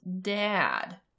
dad